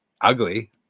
ugly